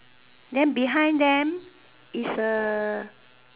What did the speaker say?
then behind them is A